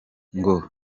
ngo